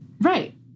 Right